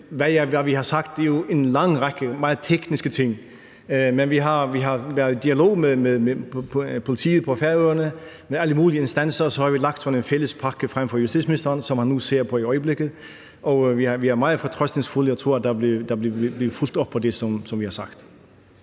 det er jo en lang række meget tekniske ting. Men vi har været i dialog med politiet på Færøerne, og med alle mulige instanser har vi lagt sådan en fælles pakke frem for justitsministeren, som han ser på i øjeblikket. Og vi er meget fortrøstningsfulde og tror, at der vil blive fulgt op på det, som vi har sagt.